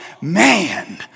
man